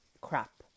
crap